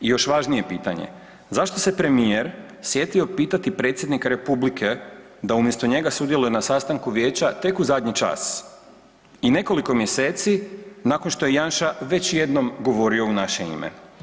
I još važnije pitanje, zašto se premijer sjetio pitati predsjednika republike da umjesto njega sudjeluje na sastanku vijeća tek u zadnji čas i nekoliko mjeseci nakon što je Janša već jednom govorio u naše ime?